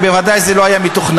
וודאי שזה לא היה מתוכנן,